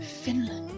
finland